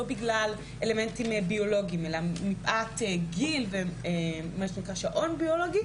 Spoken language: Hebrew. לא בגלל אלמנטים ביולוגיים אלא מפאת גיל ומה שנקרא שעון ביולוגי